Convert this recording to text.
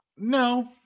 No